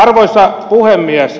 arvoisa puhemies